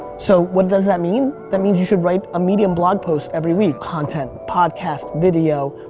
so, what does that mean? that means you should write a medium blog post every week. content, podcast, video,